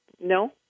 No